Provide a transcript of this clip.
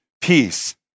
peace